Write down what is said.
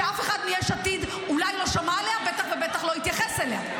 שאף אחד מיש עתיד לא שמע עליה ובטח לא התייחס אליה.